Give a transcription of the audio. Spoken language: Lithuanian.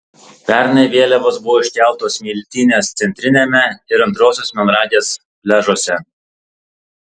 pernai vėliavos buvo iškeltos smiltynės centriniame ir antrosios melnragės pliažuose